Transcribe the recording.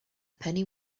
penny